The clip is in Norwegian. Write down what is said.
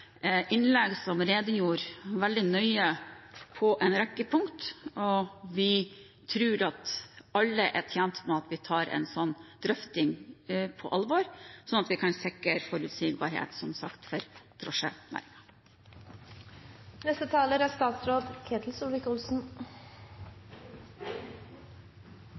innlegg, som redegjorde veldig nøye for en rekke punkter. Vi tror at alle er tjent med at vi tar en slik drøfting på alvor, slik at vi – som sagt – kan sikre forutsigbarhet for drosjenæringen. Debatten som reises, mener jeg er viktig. Det å sørge for